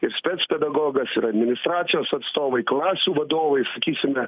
ir spec pedagogas ir administracijos atstovai klasių vadovai sakysime